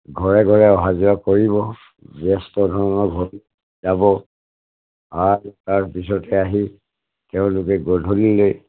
ঘৰে ঘৰে অহা যোৱা কৰিব জেষ্ঠ ধৰণৰ ঘৰত যাব আৰু তাৰপিছতে আহি তেওঁলোকে গধূলিলৈ